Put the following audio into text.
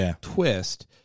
twist